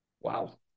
Wow